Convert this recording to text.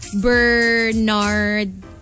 Bernard